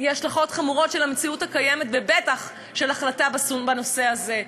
הן השלכות חמורות מן המציאות הקיימת ובטח של החלטה בנושא הזה.